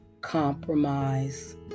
compromise